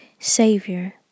Savior